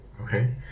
Okay